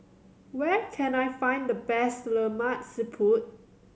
where can I find the best Lemak Siput